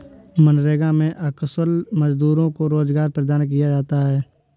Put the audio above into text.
मनरेगा में अकुशल मजदूरों को रोजगार प्रदान किया जाता है